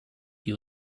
you